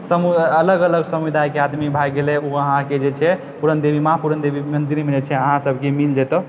अलग अलग समुदायके आदमी भऽ गेलै ओ अहाँके जे छै पूरणदेवी माँ पूरणदेवी मन्दिरमे जे छै अहाँ सभके मिल जेतौ